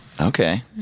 Okay